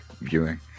viewing